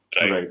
right